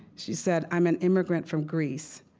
she said, i'm an immigrant from greece,